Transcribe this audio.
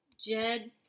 Jed